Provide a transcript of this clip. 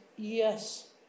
Yes